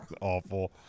awful